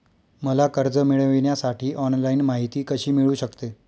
मला कर्ज मिळविण्यासाठी ऑनलाइन माहिती कशी मिळू शकते?